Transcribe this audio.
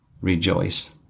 rejoice